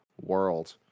World